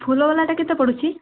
ଫୁଲ ବାଲାଟା କେତେ ପଡ଼ୁଛି